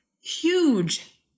huge